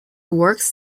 works